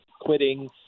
quitting